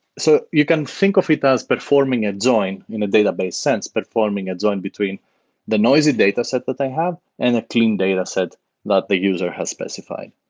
so you can think of it as performing a join in a database sense. performing a join between the noisy dataset that i have and a clean dataset that the user has specified.